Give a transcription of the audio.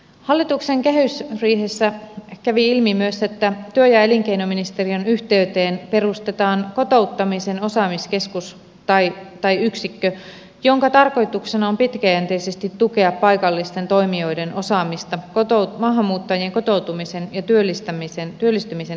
hallituksen kehysriihessä kävi ilmi myös että työ ja elinkeinoministeriön yhteyteen perustetaan kotouttamisen osaamisyksikkö jonka tarkoituksena on pitkäjänteisesti tukea paikallisten toimijoiden osaamista maahanmuuttajien kotoutumisen ja työllistymisen edistämiseksi